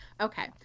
Okay